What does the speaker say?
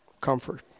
comfort